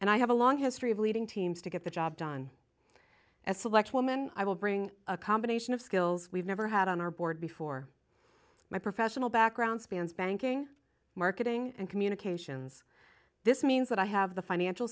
and i have a long history of leading teams to get the job done as select woman i will bring a combination of skills we've never had on our board before my professional background spans banking marketing and communications this means that i have the financial